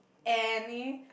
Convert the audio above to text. any